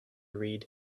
read